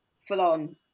full-on